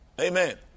Amen